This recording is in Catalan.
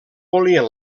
volien